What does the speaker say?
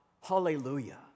hallelujah